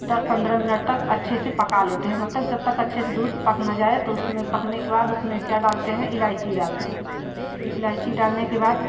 दस पंद्रह मिनट तक अच्छे से पका लेते हैं मतलब अच्छे से दूध पक ना जाए तो उसमें पकने के बाद उसमें क्या डालते हैं इलायची डालते हैं इलायची डालने के बाद